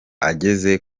ageze